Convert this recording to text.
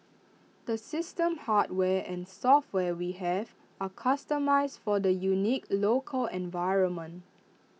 the system hardware and software we have are customised for the unique local environment